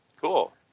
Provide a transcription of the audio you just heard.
Cool